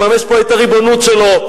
לממש פה את הריבונות שלו,